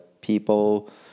people